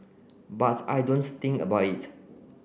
but I don't think about it